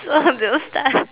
one of those time